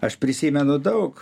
aš prisimenu daug